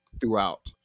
throughout